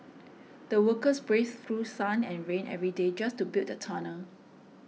the workers braved through sun and rain every day just to build a tunnel